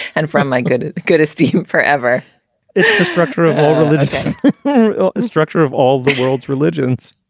and from my good, good esteem forever it's the structure of a religious structure of all the world's religions